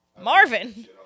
Marvin